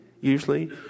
usually